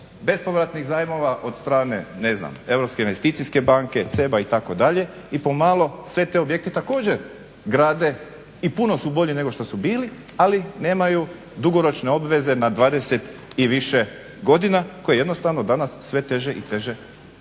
bespovratnih zajmova od strane ne znam Europske investicijske banke, CEB-a itd. i pomalo sve te objekte također grade i puno su bolji nego što su bili ali nemaju dugoročne obveze na 20 i više godina koje jednostavno danas sve teže i teže